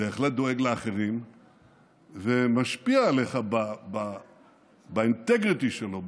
בהחלט דואג לאחרים ומשפיע עליך באינטגריטי שלו,